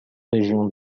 régions